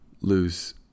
lose